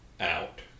out